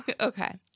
Okay